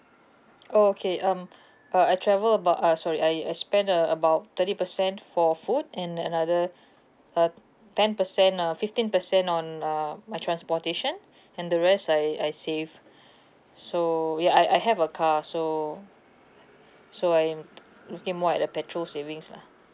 oh okay um uh I travel about uh sorry I I spend uh about thirty percent for food and another uh ten percent uh fifteen percent on uh my transportation and the rest I I saved so ya I I have a car so so I'm t~ looking more at the petrol savings lah